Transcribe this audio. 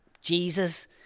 Jesus